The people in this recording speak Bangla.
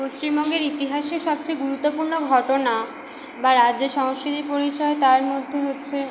পশ্চিমবঙ্গের ইতিহাসে সবচেয়ে গুরুত্বপূর্ণ ঘটনা বা রাজ্য সংস্কৃতির পরিচয় তার মধ্যে হচ্ছে